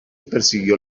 persiguió